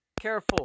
careful